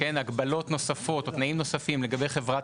הגבלות נוספות או תנאים נוספים לגבי חברת